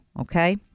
okay